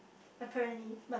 apparently but